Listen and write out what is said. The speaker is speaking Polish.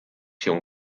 się